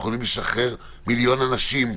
אנחנו יכולים לשחרר מיליון אנשים,